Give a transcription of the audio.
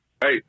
Hey